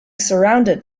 surrounded